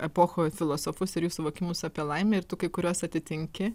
epochų filosofus ir jų suvokimus apie laimę ir tu kai kuriuos atitinki